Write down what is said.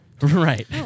Right